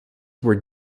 were